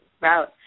route